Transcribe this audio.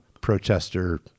protester